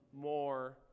more